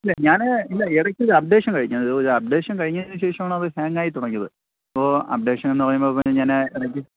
ഇല്ല ഞാന് ഇല്ല ഇടയ്ക്കൊരു അപ്ഡേഷൻ കഴിഞ്ഞത് ഒരു അപ്ഡേഷൻ കഴിഞ്ഞതിനുശേഷമാണ് അത് ഹാങ്ങായിത്തുടങ്ങിയത് അപ്പോള് അപ്ഡേഷൻ എന്നു പറയുമ്പോള് പിന്നെ ഞാന് ഇടയ്ക്ക്